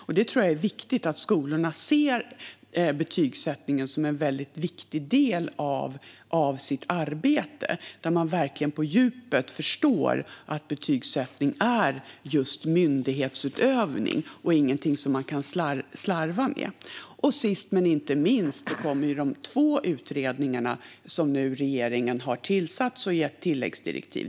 Jag tror att det är viktigt att skolorna ser betygsättningen som en viktig del av sitt arbete och att man verkligen på djupet förstår att betygsättning är just myndighetsutövning och ingenting som man kan slarva med. Sist men inte minst har vi de två utredningar som regeringen har tillsatt och gett tilläggsdirektiv.